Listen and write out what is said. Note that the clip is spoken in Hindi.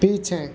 पीछे